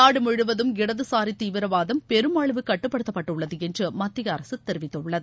நாடு முழுவதும் இடதுசாரி தீவிரவாதம் பெருமளவு கட்டுப்படுத்தப்பட்டுள்ளது என்று மத்திய அரசு தெரிவித்துள்ளது